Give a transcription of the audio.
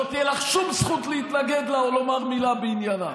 לא תהיה לך שום זכות להתנגד לה או לומר מילה בעניינה.